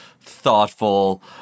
thoughtful